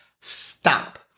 stop